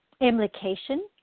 implication